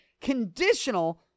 conditional